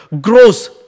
grows